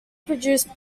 produced